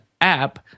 app